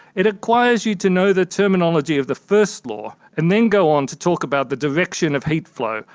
it requires you to know the terminology of the first law and then go on to talk about the direction of heat flow,